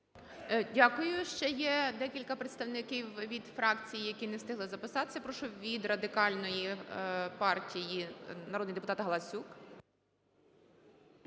Дякую. Ще є декілька представників від фракцій, які не встигли записатися. Прошу від Радикальної партії народний депутат Галасюк.